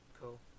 Cool